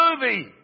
Movie